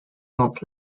not